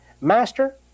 Master